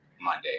Monday